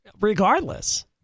regardless